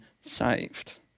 saved